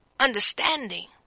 Understanding